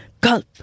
Gulp